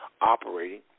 Operating